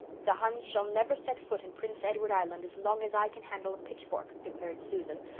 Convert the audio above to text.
the huns shall never set foot in prince edward island as long as i can handle a pitchfork, declared susan,